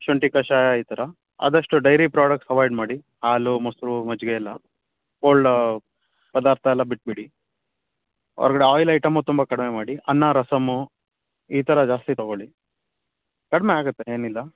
ಶುಂಠಿ ಕಷಾಯ ಈ ಥರ ಆದಷ್ಟು ಡೈರಿ ಪ್ರೋಡಕ್ಟ್ಸ್ ಅವೈಡ್ ಮಾಡಿ ಹಾಲು ಮೊಸರು ಮಜ್ಜಿಗೆ ಎಲ್ಲ ಕೋಲ್ಡ್ ಪದಾರ್ಥ ಎಲ್ಲ ಬಿಟ್ಟುಬಿಡಿ ಹೊರಗಡೆ ಆಯಿಲ್ ಐಟಮೂ ತುಂಬ ಕಡಿಮೆ ಮಾಡಿ ಅನ್ನ ರಸಮು ಈ ಥರ ಜಾಸ್ತಿ ತಗೊಳ್ಳಿ ಕಡಿಮೆ ಆಗತ್ತೆ ಏನಿಲ್ಲ